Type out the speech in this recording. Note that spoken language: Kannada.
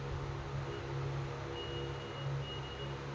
ಹಾಲು ಕರಿಯಾಕ ಯಾವ ಆಕಳ ಪಾಡ್ರೇ?